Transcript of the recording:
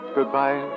Goodbye